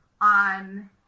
on